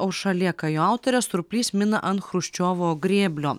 aušra lėka jo autorė surplys mina ant chruščiovo grėblio